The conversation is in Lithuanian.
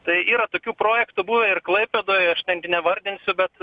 tai yra tokių projektų buvę ir klaipėdoj aš ten nevardinsiu bet